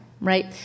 right